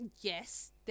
Yes